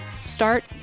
Start